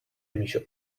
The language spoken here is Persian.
میشد